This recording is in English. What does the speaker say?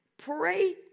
Pray